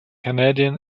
canadian